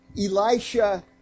Elisha